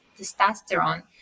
testosterone